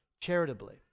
charitably